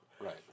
Right